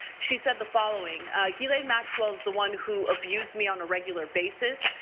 she said the following ghislaine maxwell is the one who abused me on a regular basis.